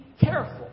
careful